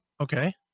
Okay